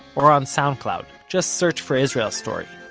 or on soundcloud just search for israel story.